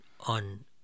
on